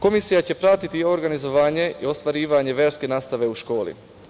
Komisija će pratiti organizovanje i ostvarivanje verske nastave u školi.